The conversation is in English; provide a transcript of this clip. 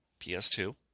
PS2